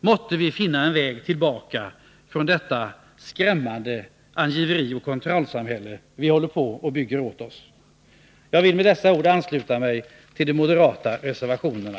Måtte vi finna en väg tillbaka från detta skrämmande angiverioch kontrollsamhälle som vi håller på att bygga åt oss. Jag vill med dessa ord, herr talman, ansluta mig till de moderata reservationerna.